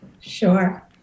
sure